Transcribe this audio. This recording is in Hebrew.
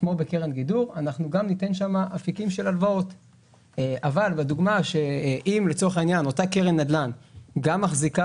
לבין קרן נדל"ן בה אני גם כן משקיע אחוז מאוד קטן גם באג"ח וגם במניות?